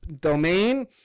domain